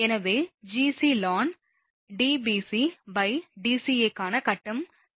எனவே Gc ln DbcDca க்கான கட்டம் c ஆகும்